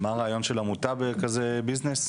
מה הרעיון של עמותה בכזה ביזנס?